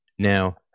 Now